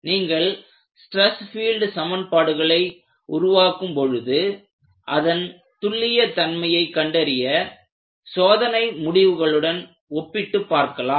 நீங்கள் stress field சமன்பாடுகளை உருவாக்கும் பொழுது அதன் துல்லிய தன்மையை கண்டறிய சோதனை முடிவுகளுடன் ஒப்பிட்டு பார்க்கலாம்